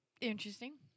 interesting